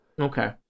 Okay